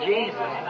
Jesus